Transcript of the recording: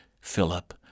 Philip